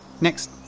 next